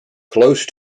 close